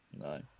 No